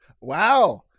Wow